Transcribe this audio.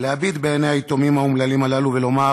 להביט בעיני היתומים האומללים הללו ולומר: